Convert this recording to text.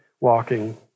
walking